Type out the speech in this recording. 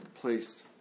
placed